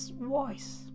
voice